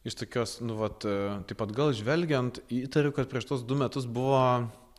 iš tokios nu vat taip pat atgal žvelgiant įtariu kad prieš tuos du metus buvo